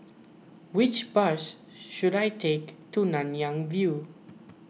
which bus should I take to Nanyang View